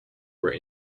were